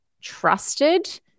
trusted